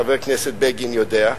שחבר הכנסת בגין יודע,